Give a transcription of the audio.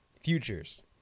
futures